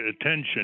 attention